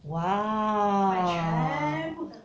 !wah!